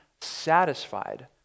satisfied